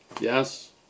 Yes